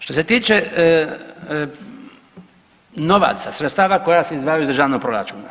Što se tiče novaca, sredstava koja se izdvajaju iz državnog proračuna.